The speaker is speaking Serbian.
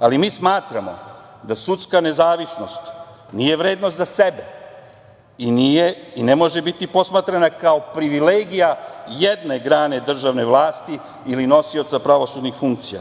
Ali, mi smatramo da sudska nezavisnost nije vredna za sebe i ne može biti posmatrana kao privilegija jedne grane državne vlasti ili nosioca pravosudnih funkcija,